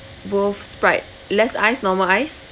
both sprite less ice normal ice normal ice